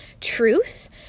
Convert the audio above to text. truth